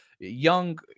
young